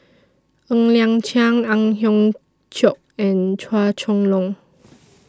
Ng Liang Chiang Ang Hiong Chiok and Chua Chong Long